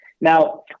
Now